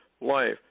life